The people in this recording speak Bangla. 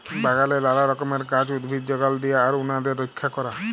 বাগালে লালা রকমের গাহাচ, উদ্ভিদ যগাল দিয়া আর উনাদের রইক্ষা ক্যরা